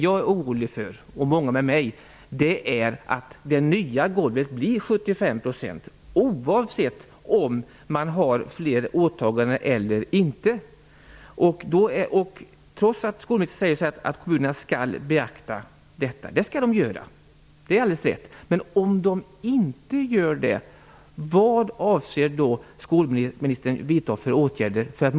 Jag, och många med mig, är orolig för att det nya golvet blir 75 % oavsett om man har fler åtaganden eller inte. Skolministern säger att kommunerna skall beakta detta. Det skall de göra. Det är alldeles rätt.